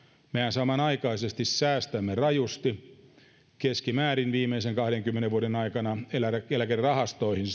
samanaikaisesti säästämme rajusti viimeisen kahdenkymmenen vuoden aikana eläkerahastojen